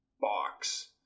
box